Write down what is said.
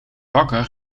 bakker